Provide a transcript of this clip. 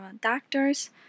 doctors